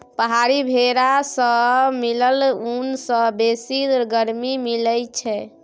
पहाड़ी भेरा सँ मिलल ऊन सँ बेसी गरमी मिलई छै